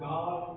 God